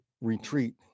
retreat